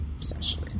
essentially